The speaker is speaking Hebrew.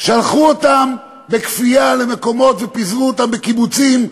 שלחו אותם בכפייה למקומות ופיזרו אותם בקיבוצים?